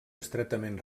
estretament